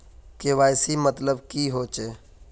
KYC मतलब की होचए?